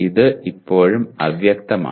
ഇത് ഇപ്പോഴും അവ്യക്തമാണ്